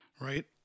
Right